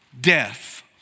death